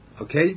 Okay